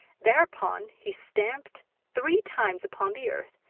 thereupon he stamped three times upon the earth,